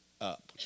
up